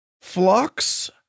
Flocks